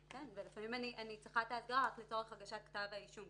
ולפעמים אני צריכה את ההסגרה רק לצורך הגשת כתב האישום.